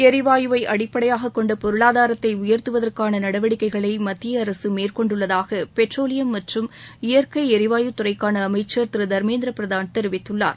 எரிவாயுவை அடிப்படையாக கொண்ட பொருளாதாரத்தை உயர்த்துவதற்கான நடவடிக்கைகளை மத்திய அரசு மேற்கொண்டுள்ளதாக பெட்ரோலியம் மற்றும் இயற்கை எரி வாயு துறைக்கான அமைச்சர் திரு தர்மேந்திர பிரதான் தெரிவித்துள்ளார்